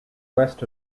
west